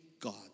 God